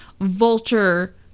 vulture